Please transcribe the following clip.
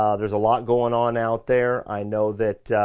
um there's a lot going on out there. i know that